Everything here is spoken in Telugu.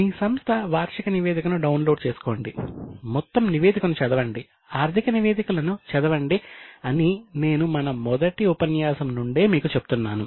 మీ సంస్థ వార్షిక నివేదికను డౌన్లోడ్ చేసుకోండి మొత్తం నివేదికను చదవండి ఆర్థిక నివేదికలను చదవండి అని నేను మన మొదటి ఉపన్యాసం నుండే మీకు చెప్తున్నాను